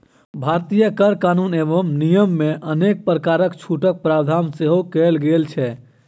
भारतीय कर कानून एवं नियममे अनेक प्रकारक छूटक प्रावधान सेहो कयल गेल छै